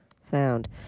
Sound